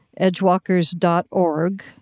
edgewalkers.org